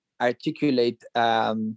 articulate